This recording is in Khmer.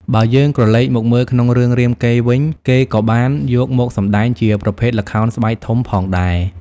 បើយើងក្រឡេកមកមើលក្នុងរឿងរាមកេរ្តិ៍វិញគេក៏បានយកមកសម្តែងជាប្រភេទល្ខោនស្បែកធំផងដែរ ។